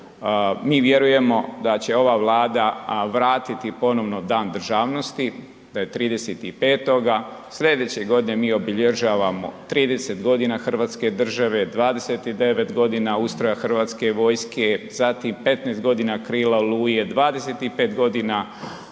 Mi vjerujemo da će ova Vlada vratiti ponovno Dan državnosti da je 30.5., sljedeće godine mi obilježavamo 30 godina Hrvatske države, 29 godina ustroja Hrvatske vojske, zatim 15 godina „Krila Oluje“, 25 godina